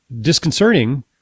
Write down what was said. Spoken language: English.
disconcerting